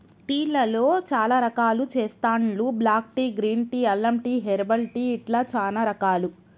tea లలో చాల రకాలు చెస్తాండ్లు బ్లాక్ టీ, గ్రీన్ టీ, అల్లం టీ, హెర్బల్ టీ ఇట్లా చానా రకాలు